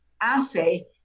assay